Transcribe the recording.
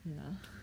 ya